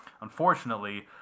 unfortunately